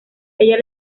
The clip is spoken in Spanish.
ella